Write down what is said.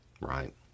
right